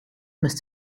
must